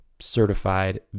certified